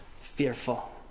fearful